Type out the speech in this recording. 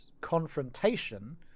confrontation